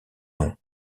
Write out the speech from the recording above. nom